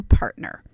partner